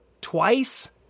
twice